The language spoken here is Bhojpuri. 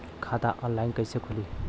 खाता ऑनलाइन कइसे खुली?